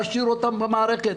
להשאיר אותם במערכת,